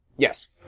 Yes